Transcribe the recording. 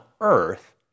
earth